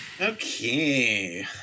okay